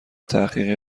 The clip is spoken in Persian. تحقیقی